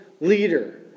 leader